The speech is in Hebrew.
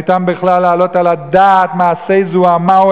הניתן בכלל להעלות על הדעת מעשי זוהמה או